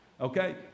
Okay